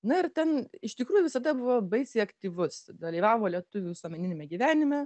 na ir ten iš tikrųjų visada buvo baisiai aktyvus dalyvavo lietuvių visuomeniniame gyvenime